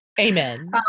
Amen